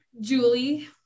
Julie